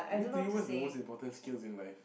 eh then to you what's the most important skills in life